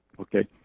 Okay